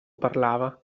parlava